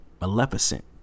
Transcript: maleficent